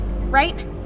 right